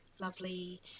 lovely